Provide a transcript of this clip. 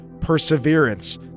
Perseverance